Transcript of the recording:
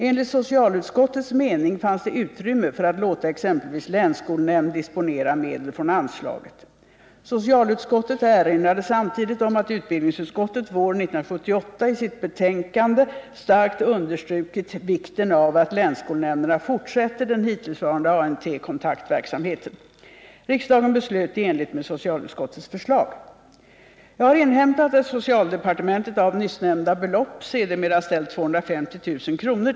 Enligt socialutskottets mening fanns det utrymme för att låta exempelvis länsskolnämnd disponera medel från anslaget. Socialutskottet erinrade samtidigt om att utbildningsutskottet våren 1978 i sitt betänkande UbU 1977 78:36, rskr 1977/78:363). Jag har inhämtat att socialdepartementet av nyssnämnda belopp sedermera ställt 250 000 kr.